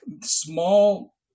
small